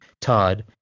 Todd